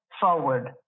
forward